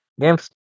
games